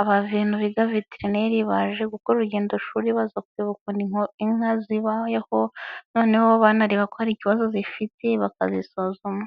abavuzi viterineiri baje gukora urugendo shuri baza kwibaza ukantu inka zibayeho noneho banareba ko ari ikibazo zifite bakazisuzuma.